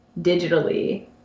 digitally